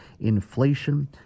inflation